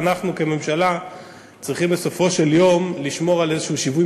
ואנחנו כממשלה צריכים בסופו של דבר לשמור על שיווי